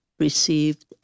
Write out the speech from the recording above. received